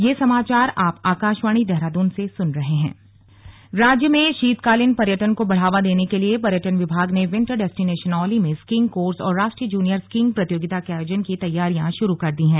slug skiing प्रतियोगिता राज्य में शीतकालीन पर्यटन को बढ़ावा देने के लिए पर्यटन विभाग ने विंटर डेस्टिनेशन औली में स्कीइंग कोर्स और राष्ट्रीय जूनियर स्कीइंग प्रतियोगिता के आयोजन की तैयारियां शुरू कर दी है